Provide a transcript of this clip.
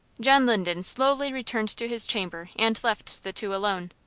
john linden slowly returned to his chamber, and left the two alone.